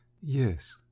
Yes